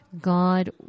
God